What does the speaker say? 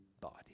body